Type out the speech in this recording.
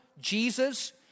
Jesus